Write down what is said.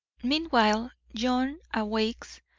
meanwhile john awakes,